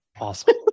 Awesome